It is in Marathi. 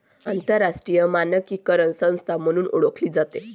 आंतरराष्ट्रीय मानकीकरण संस्था म्हणूनही ओळखली जाते